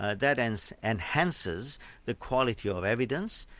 ah that and enhances the quality of evidence,